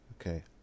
Okay